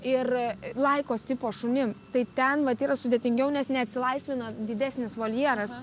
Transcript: ir laikos tipo šunim tai ten vat yra sudėtingiau nes neatsilaisvina didesnis voljeras